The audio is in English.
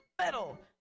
metal